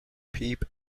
peep